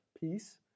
peace